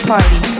party